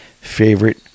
favorite